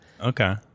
Okay